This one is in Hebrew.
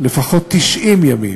לפחות 90 ימים